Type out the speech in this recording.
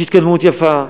יש התקדמות יפה.